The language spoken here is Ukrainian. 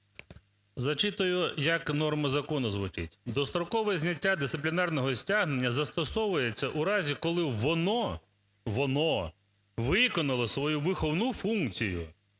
Зачитую як норма закону звучить: дострокове зняття дисциплінарного стягнення застосовується у разі, коли воно... воно виконало свою виховну функцію.